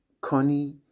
Connie